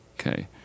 Okay